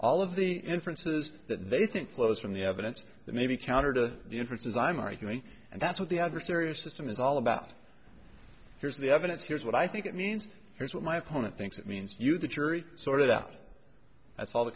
all of the inferences that they think flows from the evidence that may be counter to the inference is i'm arguing and that's what the adversarial system is all about here's the evidence here's what i think it means here's what my opponent thinks it means you the jury sort it out that's all the